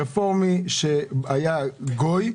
רפורמי שהיה גוי והתגייר,